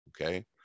Okay